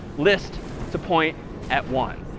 list to point at one.